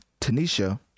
Tanisha